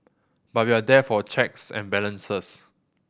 but we are there for checks and balances